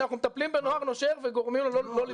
שאנחנו מטפלים בנוער נושר וגורמים לו לא לנשור?